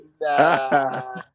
Nah